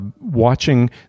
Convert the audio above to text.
watching